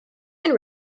and